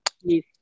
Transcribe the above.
Yes